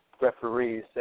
referees